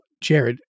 Jared